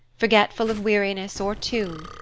forgetful of weariness or tune.